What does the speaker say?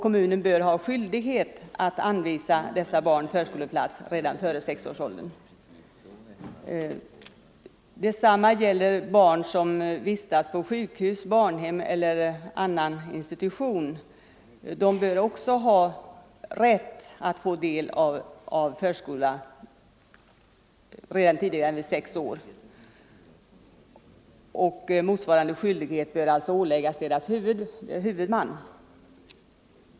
Kommunen bör alltså ha skyldighet att anvisa dessa barn förskoleplats redan före sexårsåldern. Detsamma gäller barn som vistas på sjukhus, barnhem eller annan institution. De bör också ha rätt att få del av förskolan före sex års ålder, och motsvarande skyldighet bör alltså åläggas deras huvudman.